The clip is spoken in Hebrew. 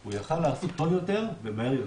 הוא יכול היה לעשות טוב יותר ומהר יותר.